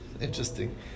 interesting